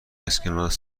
اسکناس